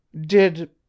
Did—